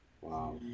wow